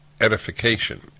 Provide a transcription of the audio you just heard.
edification